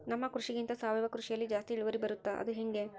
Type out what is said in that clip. ನಮ್ಮ ಕೃಷಿಗಿಂತ ಸಾವಯವ ಕೃಷಿಯಲ್ಲಿ ಜಾಸ್ತಿ ಇಳುವರಿ ಬರುತ್ತಾ ಅದು ಹೆಂಗೆ?